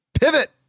pivot